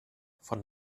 von